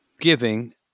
Giving